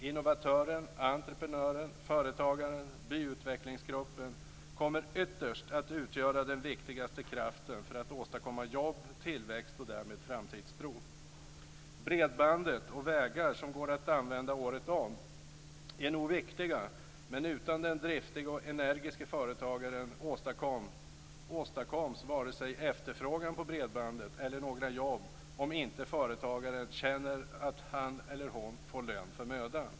Innovatören, entreprenören, företagaren och byutvecklingsgruppen kommer ytterst att utgöra den viktigaste kraften för att åstadkomma jobb, tillväxt och därmed framtidstro. Bredband och vägar som går att använda året om är nog viktiga, men utan en driftig och energisk företagare åstadkoms inte vare sig efterfrågan på bredband eller några jobb om inte företagaren känner att han eller hon får lön för mödan.